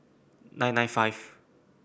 nine nine five